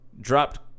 dropped